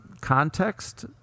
context